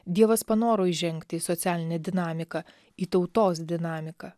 dievas panoro įžengti į socialinę dinamiką į tautos dinamiką